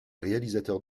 réalisateur